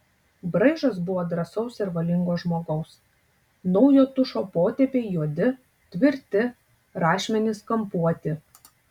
braižas buvo drąsaus ir valingo žmogaus naujo tušo potėpiai juodi tvirti rašmenys kampuoti